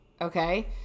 okay